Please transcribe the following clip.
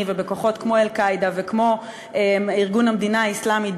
ובכוחות כמו "אל-קאעידה" וארגון "המדינה האסלאמית",